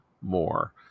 more